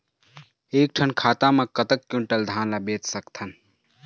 एक ठन खाता मा कतक क्विंटल धान ला बेच सकथन?